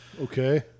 Okay